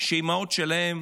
שהאימהות שלהם